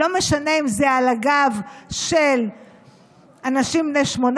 לא משנה אם זה על הגב של אנשים בני 18